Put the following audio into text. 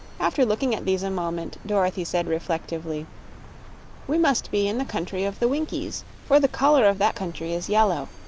after looking at these a moment dorothy said reflectively we must be in the country of the winkies, for the color of that country is yellow,